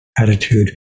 attitude